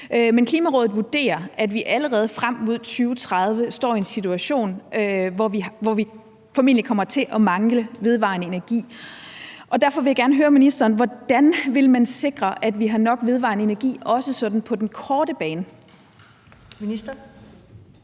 Men Klimarådet vurderer, at vi allerede frem mod 2030 står i en situation, hvor vi formentlig kommer til at mangle vedvarende energi. Derfor vil jeg gerne høre ministeren: Hvordan vil man sikre, at vi har nok vedvarende energi, også sådan på den korte bane? Kl.